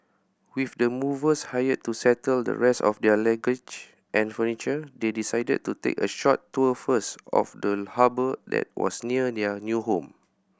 with the movers hired to settle the rest of their luggage and furniture they decided to take a short tour first of the harbour that was near their new home